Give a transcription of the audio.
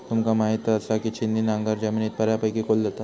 तुमका म्हायत आसा, की छिन्नी नांगर जमिनीत बऱ्यापैकी खोल जाता